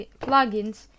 plugins